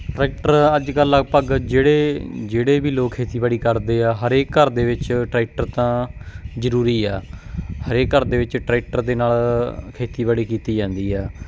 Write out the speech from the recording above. tractor ਅੱਜ ਕੱਲ੍ਹ ਲਗਭਗ ਜਿਹੜੇ ਜਿਹੜੇ ਵੀ ਲੋਕ ਖੇਤੀਬਾੜੀ ਕਰਦੇ ਆ ਹਰੇਕ ਘਰ ਦੇ ਵਿੱਚ ਟਰੈਕਟਰ ਤਾਂ ਜ਼ਰੂਰੀ ਆ ਹਰੇਕ ਘਰ ਦੇ ਵਿੱਚ ਟਰੈਕਟਰ ਦੇ ਨਾਲ ਖੇਤੀਬਾੜੀ ਕੀਤੀ ਜਾਂਦੀ ਆ